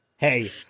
Hey